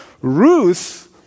Ruth